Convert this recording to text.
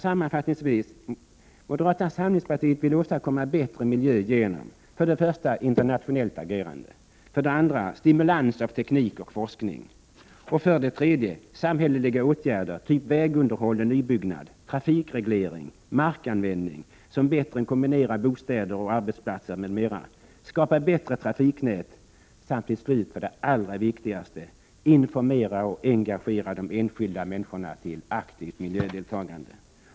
Sammanfattningsvis vill moderata samlingspartiet åstadkomma bättre miljö genom 2. stimulans av teknik och forskning 3. samhälleliga åtgärder typ vägunderhåll och nybyggnad, trafikreglering, en markanvändning som bättre kombinerar bostäder och arbetsplatser m.m. samt att skapa bättre trafiknät 4. allra viktigast: att informera och engagera de enskilda människorna till aktivt miljödeltagande.